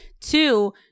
two